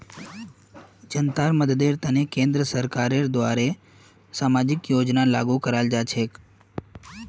जनतार मददेर तने केंद्र सरकारेर द्वारे सामाजिक योजना लागू कराल जा छेक